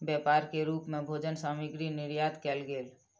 व्यापार के रूप मे भोजन सामग्री निर्यात कयल गेल